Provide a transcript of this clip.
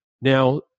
Now